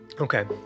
Okay